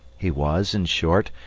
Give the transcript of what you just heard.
he was, in short,